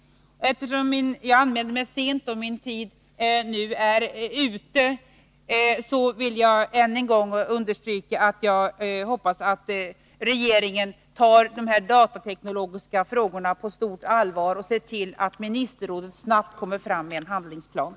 Eftersom jag anmälde mig sent och min talartid är slut vill jag än en gång understryka att jag hoppas att regeringen tar dessa datateknologiska frågor på allvar och ser till att ministerrådet snabbt framlägger en handlingsplan.